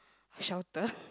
shelter